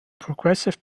progressive